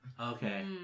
okay